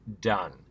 done